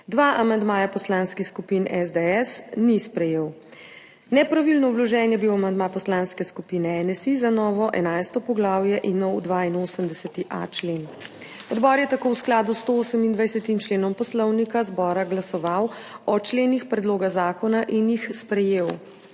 Dva amandmaja poslanskih skupin SDS ni sprejel. Nepravilno vložen je bil amandma Poslanske skupine NSi za novo 11. poglavje in nov 82.a člen. Odbor je tako v skladu s 128. členom Poslovnika Državnega zbora glasoval o členih predloga zakona in jih sprejel.